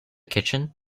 kitchen